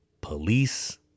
police